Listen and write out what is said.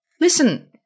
Listen